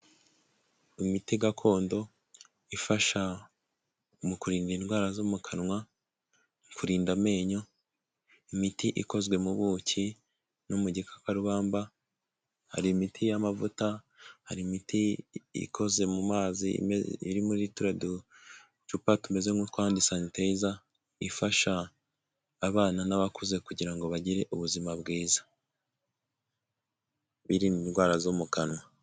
Imiti gakondo ifasha mu kurinda indwara zo mu kanwa, kurinda amenyo, imiti ikozwe mu buki no mu gikakarubamba, hari imiti y'amavuta, hari imiti ikoze mu mazi iri muri turiya ducupa tumeze nk'utwa handi sanitayiza ifasha abana n'abakuze kugira ngo bagire ubuzima bwiza. Birinde indwara zo mu kanwa.